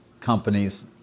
companies